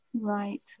Right